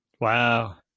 Wow